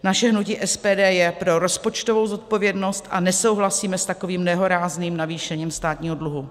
Naše hnutí SPD je pro rozpočtovou zodpovědnost a nesouhlasíme s takovým nehorázným navýšením státního dluhu.